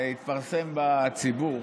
התפרסם בציבור